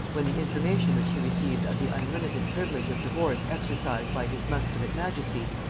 when the information which she received of the unlimited privilege of divorce exercised by his muscovite majesty,